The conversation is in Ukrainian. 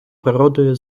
природою